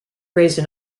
raised